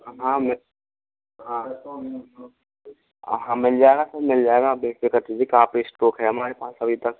हाँ मैं हाँ मिल जाएगा सर मिल जाएगा बेफिकर रहिये काफ़ी स्टॉक है हमारे पास अभी तक